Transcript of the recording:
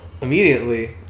immediately